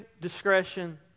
discretion